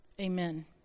Amen